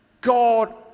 God